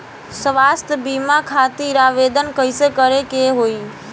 स्वास्थ्य बीमा खातिर आवेदन कइसे करे के होई?